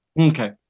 Okay